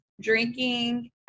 drinking